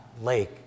lake